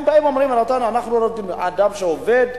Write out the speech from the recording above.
הם באים ואומרים: רבותי, אנחנו נותנים לאדם שעובד.